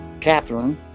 Catherine